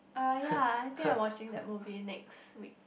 uh ya I think I watching that movie next week